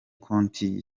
konti